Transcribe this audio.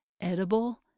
edible